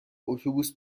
اتوبوس